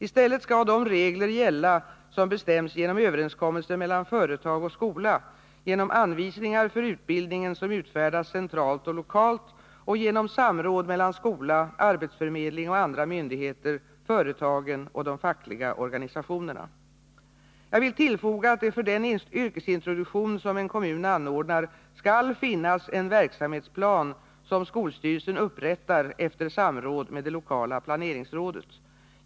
I stället skall de regler gälla som bestäms genom överenskommelser mellan företag och skola, genom anvisningar för utbildningen som utfärdas centralt och lokalt och genom samråd mellan skola, arbetsförmedling och andra myndigheter, företagen och de fackliga organisationerna. Jag vill tillfoga att det för den yrkesintroduktion som en kommun anordnar skall finnas en verksamhetsplan som skolstyrelsen upprättar efter samråd med det lokala planeringsrådet.